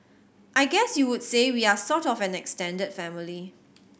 I guess you would say we are sort of an extended family